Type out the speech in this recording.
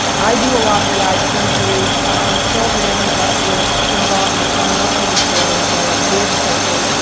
i do a lot of the eye surgery on children that is involving eye muscle disorders or lid surgery,